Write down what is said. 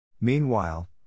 Meanwhile